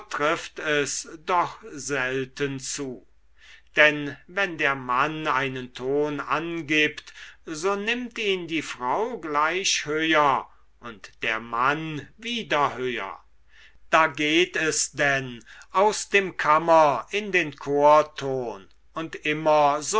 trifft es doch selten zu denn wenn der mann einen ton angibt so nimmt ihn die frau gleich höher und der mann wieder höher da geht es denn aus dem kammerin den chorton und immer